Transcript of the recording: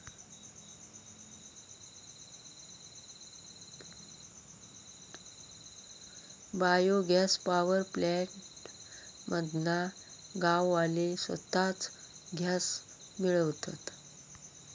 bio gas power plant मधना गाववाले स्वताच गॅस मिळवतत